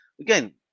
again